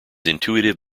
intuitive